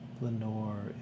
Lenore